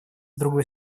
другой